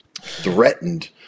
threatened